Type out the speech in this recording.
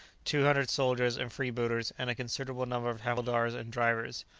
two hundred soldiers and freebooters, and a considerable number of havildars and drivers,